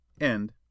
End